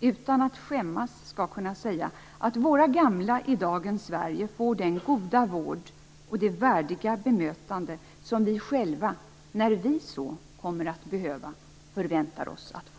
utan att skämmas skall kunna säga att våra gamla i dagens Sverige får den goda vård och det värdiga bemötande som vi själva, när vi så kommer att behöva, förväntar oss att få.